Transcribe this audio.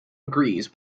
agrees